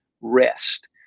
rest